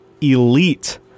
elite